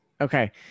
Okay